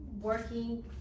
working